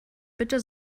bitte